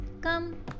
Come